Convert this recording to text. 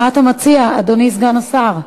מה אתה מציע, אדוני סגן השר?